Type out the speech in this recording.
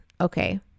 Okay